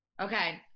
Okay